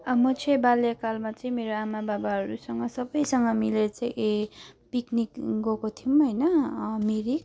म चाहिँ बाल्यकालमा चाहिँ मेरो आमा बाबाहरूसँग सबसँग मिलेर चाहिँ ए पिकनिक गएको थियौँ होइन मिरिक